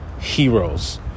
heroes